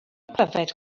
pryfed